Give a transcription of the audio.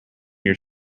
your